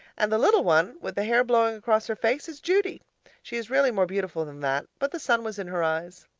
and the little one with the hair blowing across her face is judy she is really more beautiful than that, but the sun was in her eyes.